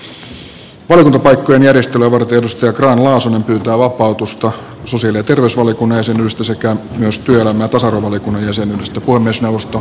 valiokuntapaikkojen järjestelyä varten pyytää sanni grahn laasonen vapautusta sosiaali ja terveysvaliokunnan jäsenyydestä sekä työelämä ja tasa arvovaliokunnan jäsenyydestä